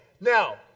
Now